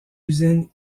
usine